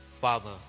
Father